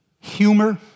humor